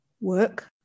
work